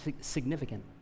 significant